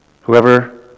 whoever